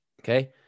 okay